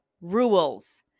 rules